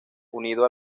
unido